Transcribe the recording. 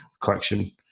Collection